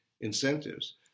incentives